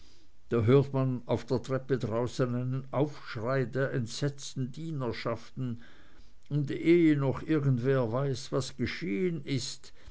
da hört man auf der treppe draußen einen aufschrei der entsetzten dienerschaften und ehe noch irgendwer weiß was geschehen ist